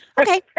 Okay